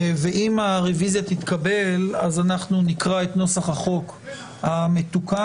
ואם הרוויזיה תתקבל אנחנו נקרא את נוסח החוק המתוקן,